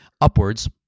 upwards